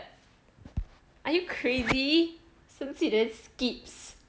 are you crazy 生气 then skips